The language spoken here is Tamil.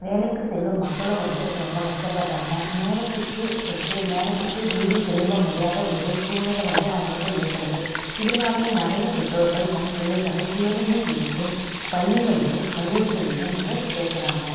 வேலைக்கு செல்லும் மக்களும் வந்து ரொம்ப கஷ்டப்படுறாங்க நேரத்துக்கு போய்ட்டு நேரத்துக்கு வீடு திரும்ப முடியாத ஒரு சூழ்நிலை வந்து அவர்களுக்கு ஏற்படுது இதனாலேயே நிறைய பெற்றோர்கள் தன் பிள்ளைகளை பேருந்து இருக்கும் பள்ளிகளிலும் கல்லூரிகளிலும் வந்து சேர்க்கிறாங்க